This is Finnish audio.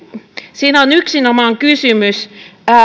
siinä on yksinomaan kysymys